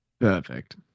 Perfect